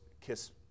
kiss